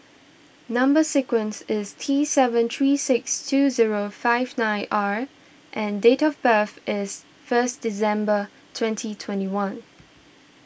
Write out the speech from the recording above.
Number Sequence is T seven three six two zero five nine R and date of birth is first December twenty twenty one